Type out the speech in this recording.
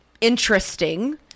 interesting